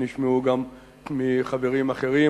שנשמעו גם מחברים אחרים,